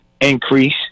increase